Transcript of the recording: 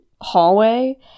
hallway